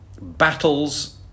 Battles